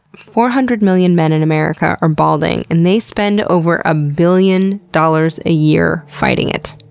four hundred million men in america are balding and they spend over a billion dollars a year fighting it.